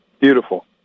Beautiful